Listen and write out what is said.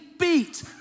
beat